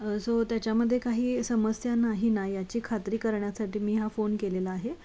so त्याच्यामध्ये काही समस्या नाही ना याची खात्री करण्यासाठी मी हा फोन केलेला आहे